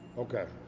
okay.